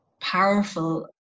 powerful